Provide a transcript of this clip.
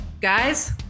guys